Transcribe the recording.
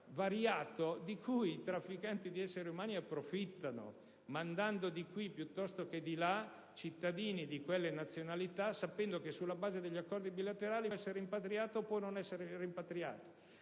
diversificato di cui i trafficanti di esseri umani approfittano, mandando di qui piuttosto che di là cittadini di quelle nazionalità, sapendo che sulla base degli accordi bilaterali possono essere rimpatriati o meno. Si tratta